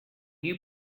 you